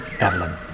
Evelyn